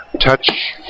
touch